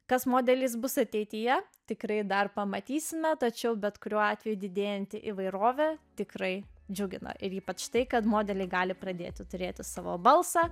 kad modelis bus ateityje tikrai dar pamatysime tačiau bet kuriuo atveju didėjanti įvairovė tikrai džiugina ir ypač tai kad modelį gali pradėti turėti savo balsą